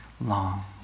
Long